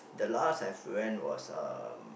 the last I've went was um